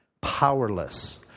Powerless